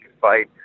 fight